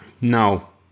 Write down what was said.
no